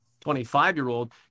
25-year-old